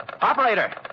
Operator